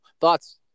Thoughts